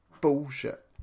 bullshit